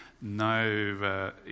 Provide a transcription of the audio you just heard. no